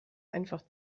einfach